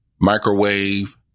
Microwave